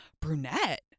brunette